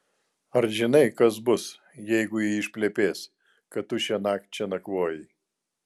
ar žinai kas bus jeigu ji išplepės kad tu šiąnakt čia nakvojai